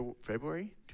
February